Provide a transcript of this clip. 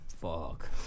Fuck